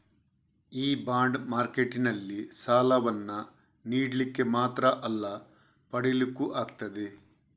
ಈ ಬಾಂಡ್ ಮಾರ್ಕೆಟಿನಲ್ಲಿ ಸಾಲವನ್ನ ನೀಡ್ಲಿಕ್ಕೆ ಮಾತ್ರ ಅಲ್ಲ ಪಡೀಲಿಕ್ಕೂ ಆಗ್ತದೆ